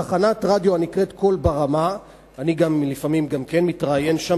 בתחנת רדיו הנקראת "קול ברמה" לפעמים אני גם כן מתראיין שם,